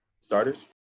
starters